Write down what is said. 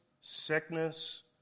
sickness